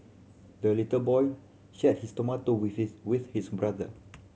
the little boy shared his tomato with his with his brother